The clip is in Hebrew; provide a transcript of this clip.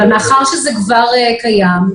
אבל מאחר וזה כבר קיים,